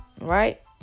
Right